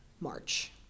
March